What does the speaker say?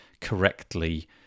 Correctly